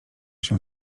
się